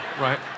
right